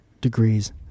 degrees